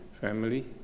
family